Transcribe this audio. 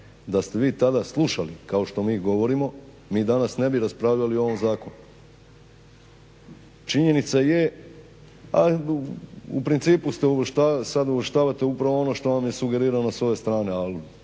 da ste vi tada slušali kao što mi govorimo mi danas ne bi raspravljali o ovom zakonu. Činjenica je, a u principu sad uvrštavate upravo ono što vam je sugerirano s ove strane ali